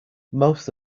most